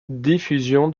diffusion